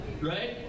right